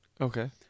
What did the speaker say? Okay